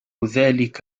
ذلك